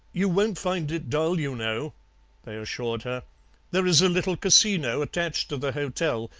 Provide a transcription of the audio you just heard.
you won't find it dull, you know they assured her there is a little casino attached to the hotel,